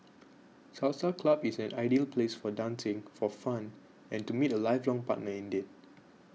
Salsa club is an ideal place for dancing for fun and to meet a lifelong partner indeed